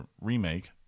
remake